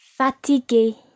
Fatigué